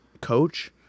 coach –